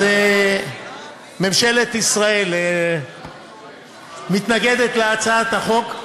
אז ממשלת ישראל מתנגדת להצעת החוק.